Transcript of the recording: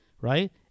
right